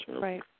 Right